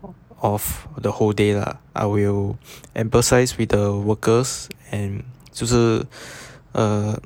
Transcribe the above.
off the whole day lah I will emphasise with the workers and 就 err